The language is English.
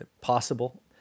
possible